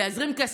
להזרים כסף,